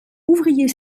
ouvrier